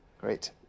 Great